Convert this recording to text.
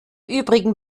übrigen